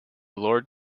lord